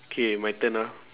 okay my turn ah